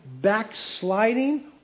backsliding